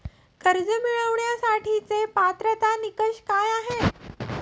कर्ज मिळवण्यासाठीचे पात्रता निकष काय आहेत?